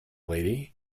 lady